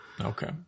okay